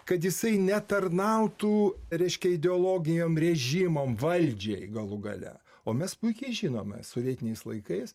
kad jisai netarnautų reiškia ideologijom režimo valdžiai galų gale o mes puikiai žinome sovietiniais laikais